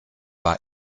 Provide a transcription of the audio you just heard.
war